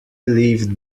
believed